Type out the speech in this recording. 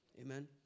Amen